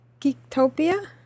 geektopia